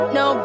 no